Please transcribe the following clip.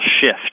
shift